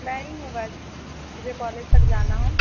मैं ही हूँ बस मुझे कॉलेज तक जाना है